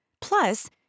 plus